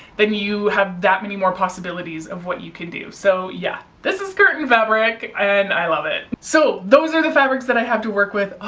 then you have that many more possiblilities of what you can do. so yeah. this is curtain fabric and i love it! so those are the fabrics that i have to work with.